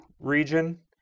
region